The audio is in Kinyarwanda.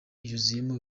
yuzuyemo